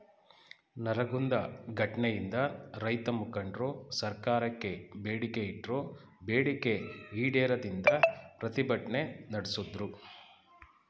ನರಗುಂದ ಘಟ್ನೆಯಿಂದ ರೈತಮುಖಂಡ್ರು ಸರ್ಕಾರಕ್ಕೆ ಬೇಡಿಕೆ ಇಟ್ರು ಬೇಡಿಕೆ ಈಡೇರದಿಂದ ಪ್ರತಿಭಟ್ನೆ ನಡ್ಸುದ್ರು